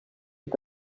est